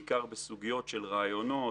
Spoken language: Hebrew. בעיקר בסוגיות של רעיונות,